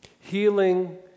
Healing